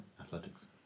Athletics